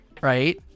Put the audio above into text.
right